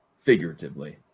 figuratively